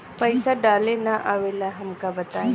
पईसा डाले ना आवेला हमका बताई?